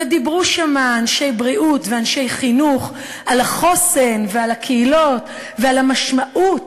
ודיברו שם אנשי בריאות ואנשי חינוך על החוסן ועל הקהילות ועל המשמעות.